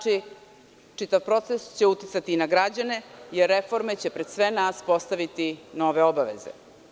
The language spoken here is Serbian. Čitav proces će uticati i na građane, jer reforme će pred sve nas postaviti nove obaveze.